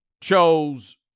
chose